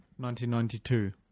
1992